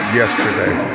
yesterday